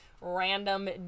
random